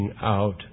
out